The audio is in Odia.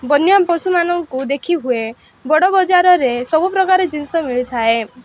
ବନ୍ୟ ପଶୁମାନଙ୍କୁ ଦେଖି ହୁଏ ବଡ଼ ବଜାରରେ ସବୁପ୍ରକାର ଜିନିଷ ମିଳିଥାଏ